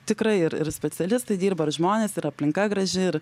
tikrai ir ir specialistai dirba ir žmonės ir aplinka graži ir